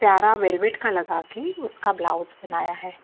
प्यारा वेलवेट का लगा कर उसका ब्लाउज़ बनाया है